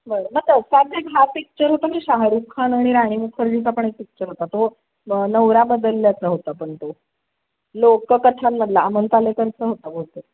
बरं मग तसाच एक हा पिक्चर होता मी शाहरूख खान आणि राणी मुखर्जीचा पण एक पिक्चर होता तो नवरा बदलल्याचा होता पण तो लोककथांमधला अमोल पालेकरचा होता बहुतेक